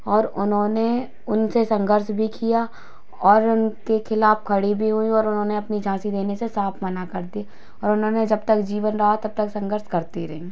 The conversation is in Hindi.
और उन्होंने उनसे संघर्ष भी किया और उनके खिलाफ खड़ी भी हुई और उन्होंने अपनी झाँसी देने से साफ मना कर दी और उन्होंने जब तक जीवन रहा तब तक संघर्ष करती रहीं